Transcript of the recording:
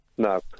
No